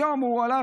היום הוא הלך,